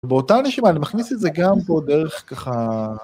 באותה נשימה אני מכניס את זה גם פה, דרך, ככה...